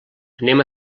anem